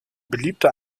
beliebte